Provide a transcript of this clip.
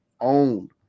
owned